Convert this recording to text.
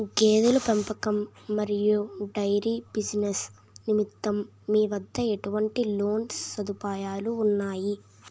గేదెల పెంపకం మరియు డైరీ బిజినెస్ నిమిత్తం మీ వద్ద ఎటువంటి లోన్ సదుపాయాలు ఉన్నాయి?